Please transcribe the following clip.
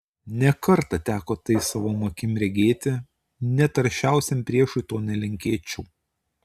ne kartą teko tai savom akim regėti net aršiausiam priešui to nelinkėčiau